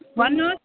भन्नुहोस्